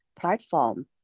platform